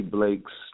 Blake's